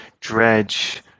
dredge